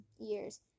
years